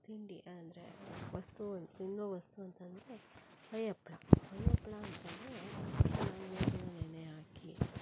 ತಿಂಡಿ ಅಂದರೆ ವಸ್ತು ತಿನ್ನೋ ವಸ್ತು ಅಂತಂದರೆ ಹೊಯ್ಯಪ್ಪಳ ಹೊಯ್ಯಪ್ಪಳ ಅಂತಂದರೆ ನೆನೆ ಹಾಕಿ